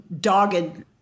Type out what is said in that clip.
dogged